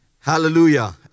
Hallelujah